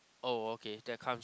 oh okay that comes